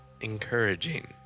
encouraging